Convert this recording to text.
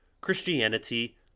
Christianity